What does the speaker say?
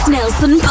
Nelson